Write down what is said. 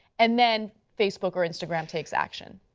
and then facebook or instagram takes action.